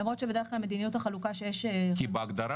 למרות שבדרך כלל מדיניות החלוקה שיש --- כי בהגדרה